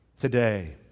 Today